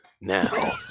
now